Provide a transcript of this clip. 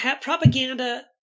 propaganda